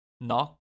Knock